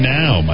now